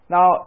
Now